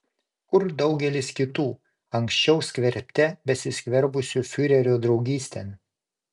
kur daugelis kitų anksčiau skverbte besiskverbusių fiurerio draugystėn